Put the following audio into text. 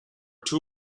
two